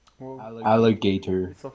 Alligator